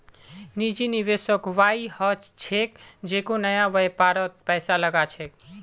निजी निवेशक वई ह छेक जेको नया व्यापारत पैसा लगा छेक